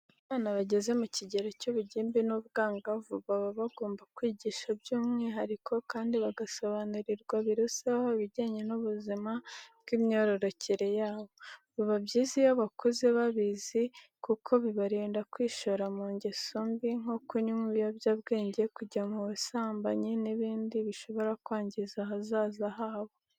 Abana bageze mu kigero cy'ubugimbi n'ubwangavu baba bagomba kwigishwa by'umwihariko kandi bagasobanurirwa biruseho ibijyanye n'ubuzima bw'imyororokere yabo. Biba byiza iyo bakuze babizi kuko bibarinda kwishora mu ngeso mbi nko kunywa ibiyobyabwenge, kujya mu busambanyi n'ibindi bishobora kwagiza ahazaza habo.